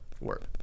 work